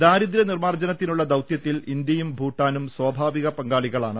ദാരിദ്ര്യ നിർമാർജനത്തിനുള്ള ദൌത്യത്തിൽ ഇന്ത്യയും ഭൂട്ടാനും സ്വാഭാവിക പങ്കാളികളാണ്